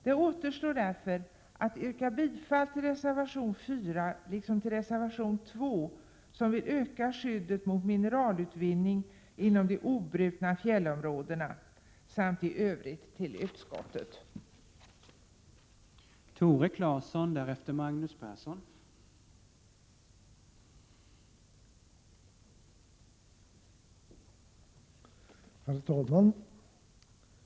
Det återstår därför att yrka bifall till reservation 4 liksom till reservation 2, i vilken folkpartiet vill öka skyddet mot mineralutvinning inom de obrutna fjällområdena, samt i övrigt till utskottets hemställan.